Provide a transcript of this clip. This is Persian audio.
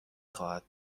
خواهد